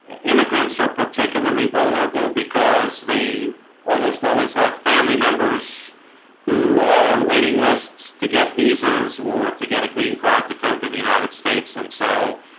immigrants are particularly vulnerable because they almost always have family members who? are on waiting lists to get visas or to get a green card to come to the united states and so